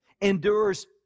endures